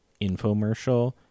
infomercial